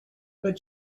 but